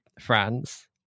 France